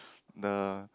the